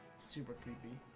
super. kind of the